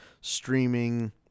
streaming